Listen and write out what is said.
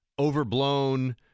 Overblown